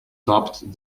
topped